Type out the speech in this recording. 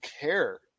care